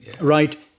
right